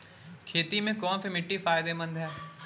खेती में कौनसी मिट्टी फायदेमंद है?